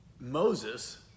Moses